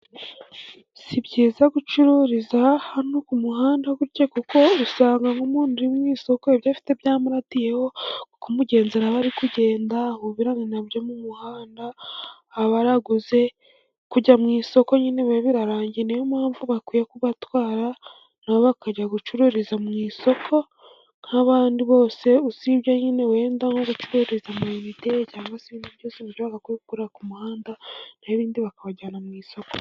Si byiza gucururiza hano ku muhanda gutya kuko usanga nk'umuntu uri mu isoko ibyo afite byamuratiyeho kumugenzura aba kugenda ahurir na byo mu muhanda, abaraguze kujya mu isoko nyine biba birarangiye niyo mpamvu bakwiye kubatwara bakajya gucururiza mu isoko nk'abandi bose usibye wenda wariretserezani imidege cyangwa se ibindi byose shaka kugura ku muhanda naho ibindi bakabajyana mu isoko.